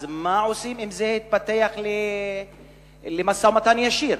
אז מה עושים אם זה יתפתח למשא-ומתן ישיר?